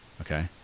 okay